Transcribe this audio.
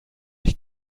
ich